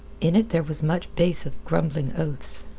in it there was much bass of grumbling oaths.